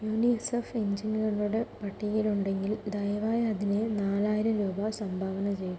UNICEF എൻ ജി ഒകളുടെ പട്ടികയിൽ ഉണ്ടെങ്കിൽ ദയവായി അതിന് നാലായിരം രൂപ സംഭാവന ചെയ്യുക